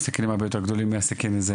יש להם סכינים הרבה יותר גדולים מהסכין הזה.